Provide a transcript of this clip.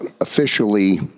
officially